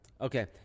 Okay